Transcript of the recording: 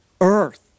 earth